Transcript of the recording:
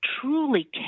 truly